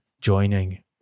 joining